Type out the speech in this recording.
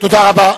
תודה רבה.